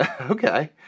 Okay